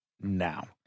now